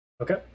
okay